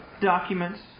documents